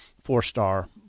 Four-star